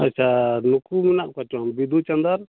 ᱟᱪᱪᱷᱟ ᱱᱩᱠᱩ ᱢᱮᱱᱟᱜ ᱠᱚᱣᱟᱥᱮ ᱵᱟᱝ ᱵᱤᱫᱩ ᱪᱟᱸᱫᱟᱱ